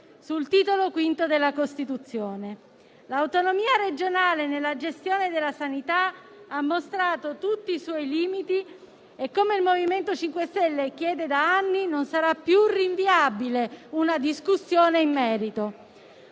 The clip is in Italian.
sul Titolo V della Costituzione. L'autonomia regionale nella gestione della sanità ha mostrato tutti i suoi limiti e, come il MoVimento 5 Stelle chiede da anni, non sarà più rinviabile una discussione in merito.